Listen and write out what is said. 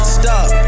stop